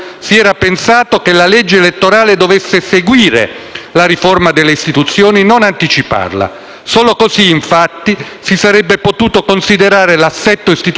la riforma delle istituzioni e non anticiparla. Solo così, infatti, si sarebbe potuto considerare l'assetto istituzionale nel quale la nuova legge si sarebbe collocata.